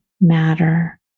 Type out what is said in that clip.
matter